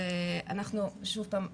אנחנו שוב פעם,